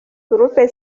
groupe